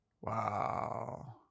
Wow